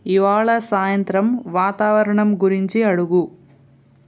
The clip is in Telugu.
ఇవాళ సాయంత్రం వాతావరణం గురించి అడుగు